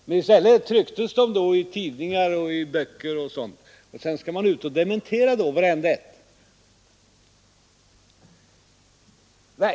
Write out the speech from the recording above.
Men i stället trycktes de i tidningar och böcker, och sedan skall man ut och dementera vartenda ett av dem.